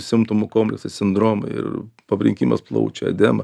simptomų komlesai sindromai ir pabrinkimas plaučio edema